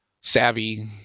savvy